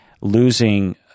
losing